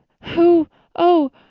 who oh,